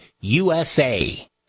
USA